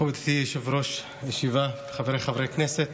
מכובדתי יושבת-ראש הישיבה, חבריי חברי הכנסת,